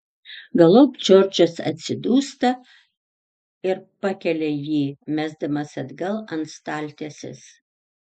galop džordžas atsidūsta ir pakelia jį mesdamas atgal ant staltiesės